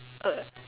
uh